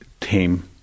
team